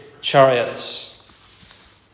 chariots